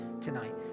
tonight